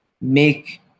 make